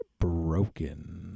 broken